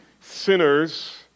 Sinners